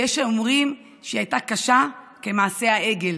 ויש האומרים שהיא הייתה קשה כמעשה העגל,